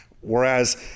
whereas